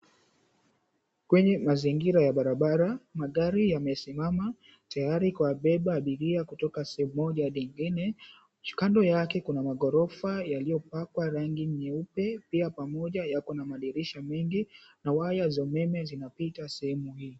Kwenye mazingira ya barabara magari yamesimama tayari kuwabeba abiria kutoka sehemu moja hadi ingine. Kando yake kuna magℎ𝑜rofa yaliyopakwa rangi nyeupe pia pamoja yako na madirisha mengi na waya za umeme zinapita sehemu hii.